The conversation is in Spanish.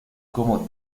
como